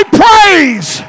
praise